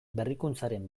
berrikuntzaren